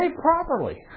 properly